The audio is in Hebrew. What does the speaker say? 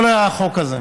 לא על חוק הזה.